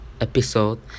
episode